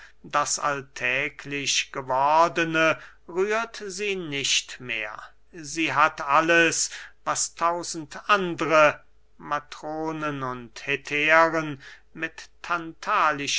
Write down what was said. das alltäglich gewordene rührt sie nicht mehr sie hat alles was tausend andere matronen und hetären mit